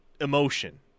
emotion